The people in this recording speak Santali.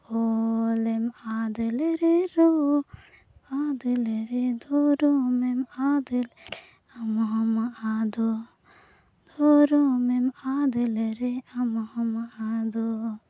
ᱚᱞᱮᱢ ᱟᱫ ᱞᱮᱨᱮ ᱨᱚᱲᱮᱢ ᱟᱫ ᱞᱮᱨᱮ ᱫᱷᱚᱨᱚᱢᱮᱢ ᱟᱫ ᱞᱮᱨᱮ ᱟᱢᱦᱚᱢ ᱟᱫᱚᱜ ᱫᱷᱚᱨᱚᱢᱮᱢ ᱟᱫ ᱞᱮᱨᱮ ᱟᱢᱦᱚᱢ ᱟᱫᱚᱜ